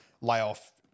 layoff